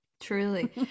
truly